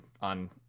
on